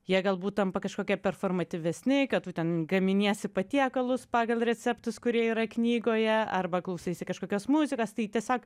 jie galbūt tampa kažkokie performatyvesni kad tu ten gaminiesi patiekalus pagal receptus kurie yra knygoje arba klausaisi kažkokios muzikos tai tiesiog